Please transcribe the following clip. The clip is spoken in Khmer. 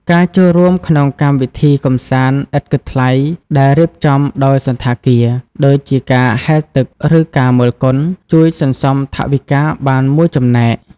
ការចូលរួមក្នុងកម្មវិធីកម្សាន្តឥតគិតថ្លៃដែលរៀបចំដោយសណ្ឋាគារ ដូចជាការហែលទឹក ឬការមើលកុន ជួយសន្សំថវិកាបានមួយចំណែក។